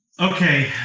Okay